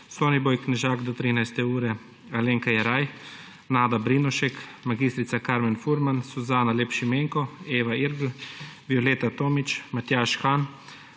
Soniboj Knežak do 13. ure, Alenka Jeraj, Nada Brinovšek, Karmen Furman, Suzana Lep Šimenko, Eva Irgl, Violeta Tomić, Matjaž Han,